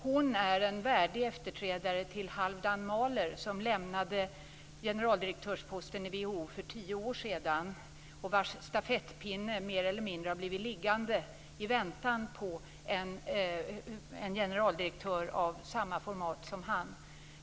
Hon är en värdig efterträdare till Halvdan Mahler som lämnade generaldirektörsposten i WHO för tio år sedan, och vars stafettpinne mer eller mindre blivit liggande i väntan på en generaldirektör av samma format som han.